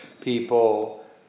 people